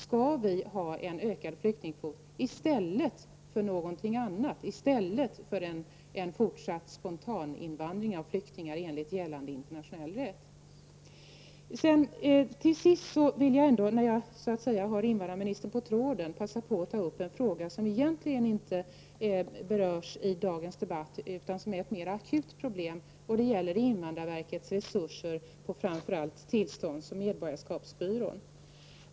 Skall flyktingkvoten ökas i stället för någonting annat, i stället för en fortsatt spontaninvandring av flyktingar enligt gällande internationell rätt? Till sist vill jag, när jag så att säga har invandrarministern på tråden, passa på att ta upp en fråga som egentligen inte berörs i dagens debatt utan som är ett mera akut problem, och det gäller invandrarverkets resurser på framför allt tillståndsoch medborgarskapsbyrån.